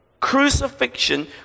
Crucifixion